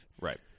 Right